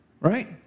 Right